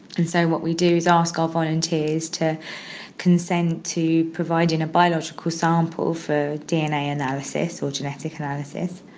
and so what we do is ask our volunteers to consent to providing a biological sample for dna analysis or genetic analysis.